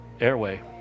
Airway